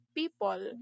people